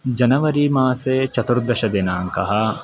जनवरिमासे चतुर्दशदिनाङ्कः